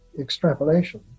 extrapolation